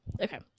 okay